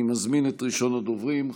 אני מזמין את ראשון הדוברים,